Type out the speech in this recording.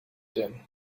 din